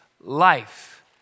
life